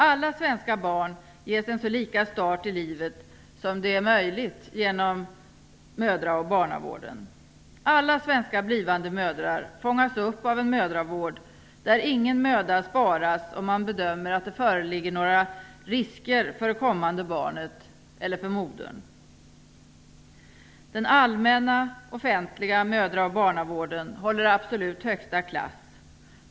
Alla svenska barn ges en så lika start i livet som det är möjligt genom mödra och barnavården. Alla svenska blivande mödrar fångas upp av en mödravård där ingen möda sparas om man bedömer att det föreligger några risker för det kommande barnet eller för modern. Den allmänna offentliga mödra och barnavården håller absolut högsta klass.